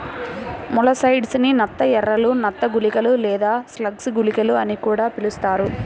molluscicides ని నత్త ఎరలు, నత్త గుళికలు లేదా స్లగ్ గుళికలు అని కూడా పిలుస్తారు